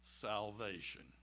salvation